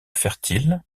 fertile